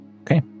Okay